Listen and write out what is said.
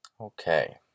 Okay